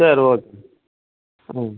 சரி ஓகேண்ணா ம்